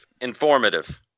Informative